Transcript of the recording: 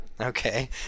Okay